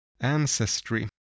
Ancestry